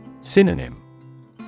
Synonym